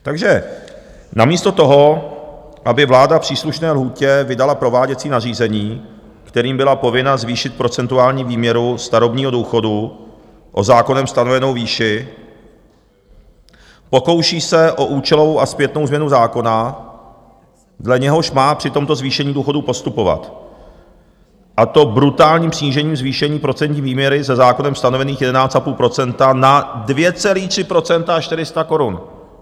Takže namísto toho, aby vláda v příslušné lhůtě vydala prováděcí nařízení, kterým byla povinna zvýšit procentuální výměru starobního důchodu o zákonem stanovenou výši, pokouší se o účelovou a zpětnou změnu zákona, dle něhož má při tomto zvýšení důchodů postupovat, a to brutálním snížením zvýšení procentní výměry ze zákonem stanovených 11,5 % na 2,3 % a 400 korun.